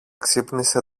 ξύπνησε